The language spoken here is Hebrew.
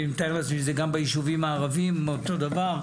אני מתאר לעצמי שזה גם ביישובים הערבים אותו דבר.